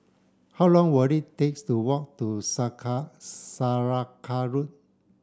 how long will it take to walk to Saraca Road